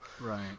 Right